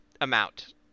amount